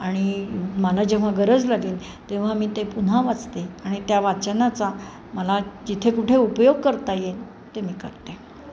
आणि मला जेव्हा गरज लागेल तेव्हा मी ते पुन्हा वाचते आणि त्या वाचनाचा मला जिथे कुठे उपयोग करता येईल ते मी करते